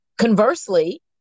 conversely